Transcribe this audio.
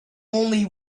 only